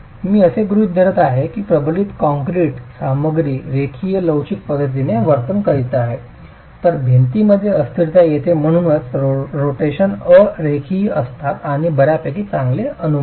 मी असे गृहीत धरत आहे की प्रबलित कंक्रीट सामग्री रेषीय लवचिक पद्धतीने वर्तन करीत आहे तर भिंतीमध्ये अस्थिरता येते आणि म्हणूनच रोटेशन अ रेखीय असतात आणि ते बर्यापैकी चांगले अनुमान आहे